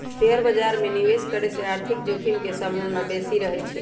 share बाजार में निवेश करे से आर्थिक जोखिम के संभावना बेशि रहइ छै